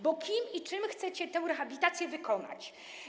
Bo kim i czym chcecie tę rehabilitację wykonać?